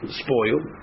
spoiled